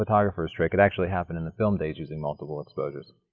photographers trick, it actually happened in the film days using multiple exposures.